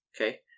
Okay